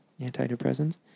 antidepressants